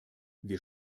wir